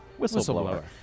whistleblower